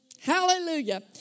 hallelujah